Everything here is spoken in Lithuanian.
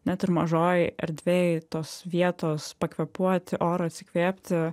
net ir mažoj erdvėj tos vietos pakvėpuoti oru atsikvėpti